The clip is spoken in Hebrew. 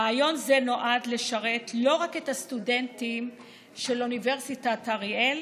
רעיון זה נועד לשרת לא רק את הסטודנטים של אוניברסיטת אריאל